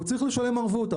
הוא צריך לשלם ערבות.